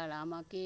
আর আমাকে